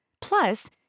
Plus